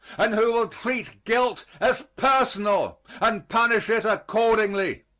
and who will treat guilt as personal and punish it accordingly.